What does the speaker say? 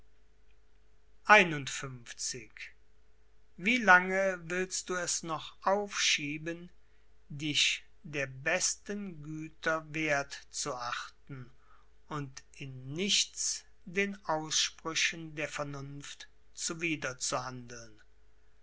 wie lange willst du es noch aufschieben dich der besten güterwerth zu achten und in nichts den aussprüchen der vernunft